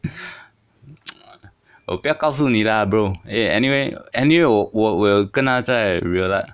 我不要告诉你 lah bro eh anyway anyway 我我有跟她在 real life